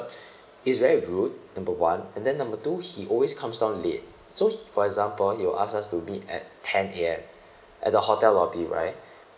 is very rude number one and then number two he always comes down late so for example he will ask us to be at ten A_M at the hotel lobby right